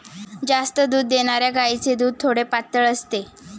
जास्त दूध देणाऱ्या गायीचे दूध थोडे पातळ असते